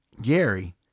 Gary